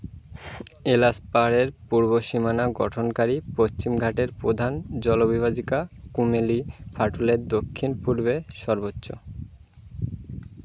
এলাচ পাহাড়ের পূর্ব সীমানা গঠনকারী পশ্চিমঘাটের প্রধান জলবিভাজিকা কুমিলি ফাটলের দক্ষিণ পূর্বে সর্বোচ্চ